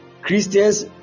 Christians